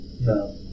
No